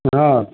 Siddharth